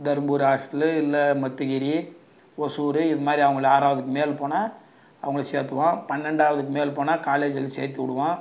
Dharmapuri hostel இல்லை முக்தகிரி ஒசூர் இதுமாதிரி அவங்கள ஆறாவதுக்கு மேல் போனால் அவங்களை சேத்துடுவோம் பன்னெண்டாவதுக்கு மேல் போனால் காலேஜில் சேர்த்து விடுவோம்